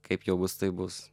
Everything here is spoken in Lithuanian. kaip jau bus taip bus